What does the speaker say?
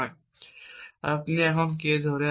কারণ আপনি K ধরে আছেন